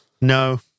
No